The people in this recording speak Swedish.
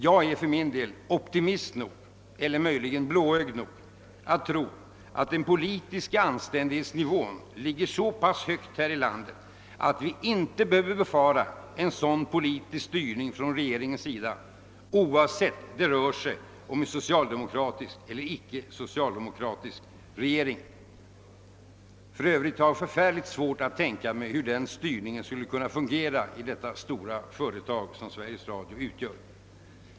Jag är för min del optimistisk nog — eller möjligen blåögd nog — att tro, att den politiska anständighetsnivån här i landet ligger så pass högt, att vi inte behöver befara en sådan politisk styrning från regeringens sida, oavsett om vi har en socialdemokratisk eller icke socialdemokratisk regering. Jag har för övrigt mycket svårt att tänka mig hur den styrningen skulle kunna fungera i det stora företag som Sveriges Radio utgör.